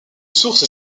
source